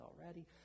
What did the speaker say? already